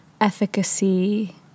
efficacy